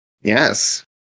Yes